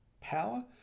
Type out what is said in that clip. power